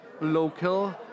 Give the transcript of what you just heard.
local